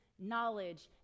knowledge